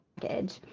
package